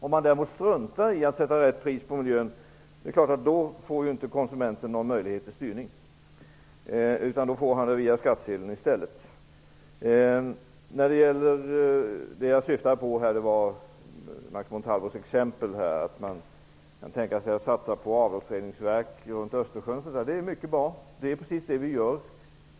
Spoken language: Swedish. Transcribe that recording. Om man däremot struntar i att sätta rätt pris på miljön är det klart att konsumenten inte får någon möjlighet till styrning. Då får han kostnaden via skattsedeln i stället. Det jag syftade på var Max Montalvos exempel att man kan tänka sig att satsa på avloppsreningsverk runt Östersjön. Det är mycket bra. Det är precis det vi gör.